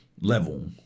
level